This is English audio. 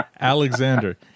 Alexander